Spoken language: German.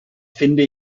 finde